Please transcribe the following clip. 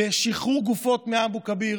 בשחרור גופות מאבו כביר.